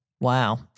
wow